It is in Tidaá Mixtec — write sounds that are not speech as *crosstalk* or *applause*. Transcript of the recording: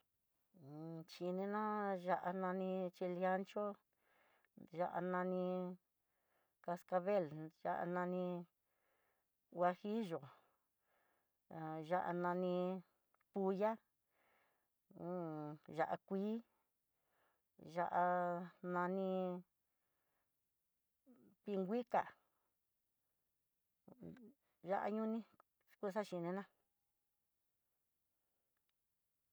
Un chininá ya'á nani chile ancho, ya'á nanik cascabel, ya'á nani huajillo, ya'á nani pulla, *hesitation* ya'á kuii, ya'á nani pinguika, ya'á ñuni kuxa xhininá.